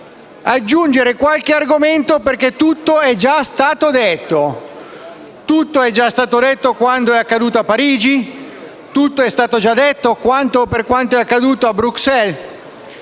aggiungere qualche argomento perché tutto è già stato detto. Tutto è già stato detto quand'è accaduto a Parigi; tutto è stato già detto per quanto accaduto a Bruxelles;